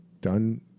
done